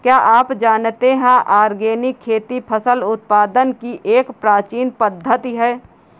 क्या आप जानते है ऑर्गेनिक खेती फसल उत्पादन की एक प्राचीन पद्धति है?